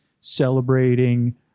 celebrating